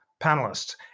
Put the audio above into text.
panelists